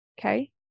okay